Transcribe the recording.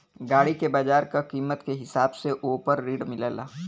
गाड़ी के बाजार के कीमत के हिसाब से वोह पर ऋण मिलेला